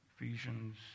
Ephesians